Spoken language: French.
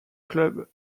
clubs